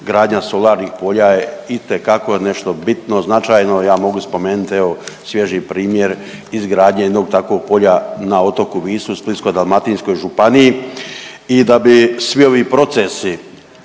gradnja solarnih polja je itekako nešto bitno, značajno. Ja mogu spomenuti evo svježi primjer izgradnje jednog takvog polja na otoku Visu u Splitsko-dalmatinskoj županiji. I da bi svi ovi procesi